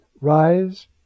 rise